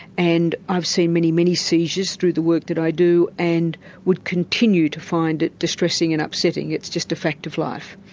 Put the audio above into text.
and i've seen many, many seizures through the work that i do and would continue to find it distressing and upsetting. it's just a fact of life.